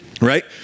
right